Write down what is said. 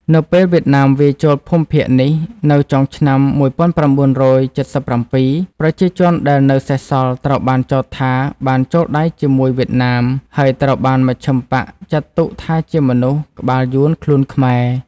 នៅពេលវៀតណាមវាយចូលភូមិភាគនេះនៅចុងឆ្នាំ ១៩៧៧ ប្រជាជនដែលនៅសេសសល់ត្រូវបានចោទថាបានចូលដៃជាមួយវៀតណាម ហើយត្រូវបានមជ្ឈិមបក្សចាត់ទុកថាជាមនុស្ស "ក្បាលយួន ខ្លួនខ្មែរ"។